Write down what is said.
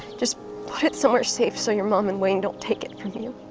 just put it somewhere safe so your mom and wayne don't take it from you.